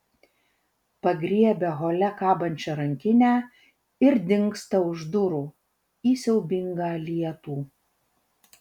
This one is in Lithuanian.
pagriebia hole kabančią rankinę ir dingsta už durų į siaubingą lietų